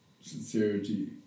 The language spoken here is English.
sincerity